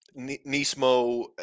Nismo